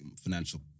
financial